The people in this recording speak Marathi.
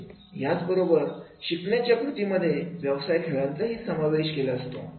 याबरोबरच शिकण्याच्या कृतीमध्ये व्यवसाय खेळांचाही समावेश केलेला असतो